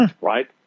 Right